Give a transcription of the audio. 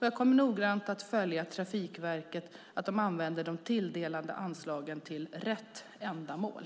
Jag kommer noggrant att följa att Trafikverket använder de tilldelade anslagen till rätt ändamål.